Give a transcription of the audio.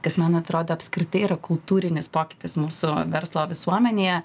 kas man atrodo apskritai yra kultūrinis pokytis mūsų verslo visuomenėje